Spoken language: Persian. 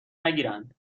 نگیرند